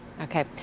Okay